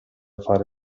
fare